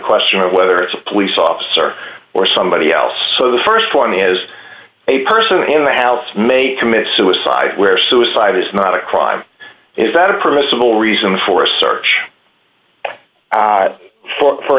question of whether it's a police officer or somebody else so the st one is a person in the house may commit suicide where suicide is not a crime is that a permissible reason for a search for for